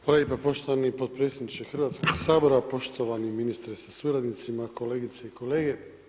Hvala lijepa poštovani potpredsjedniče Hrvatskoga sabora, poštovani ministre sa suradnicima, kolegice i kolege.